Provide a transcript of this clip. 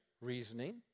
reasoning